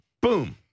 Boom